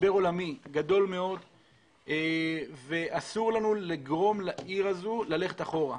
משבר עולמי גדול מאוד ואסור לנו לגרום לעיר הזו ללכת אחורה.